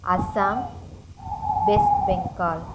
Assam West Bengal